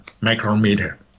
micrometer